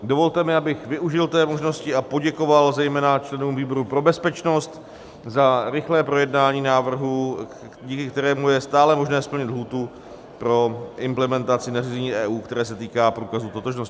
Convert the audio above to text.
Dovolte mi, abych využil té možnosti a poděkoval zejména členům výboru pro bezpečnost za rychlé projednání návrhu, díky kterému je stále možné splnit lhůtu pro implementaci nařízení EU, které se týká průkazu totožnosti.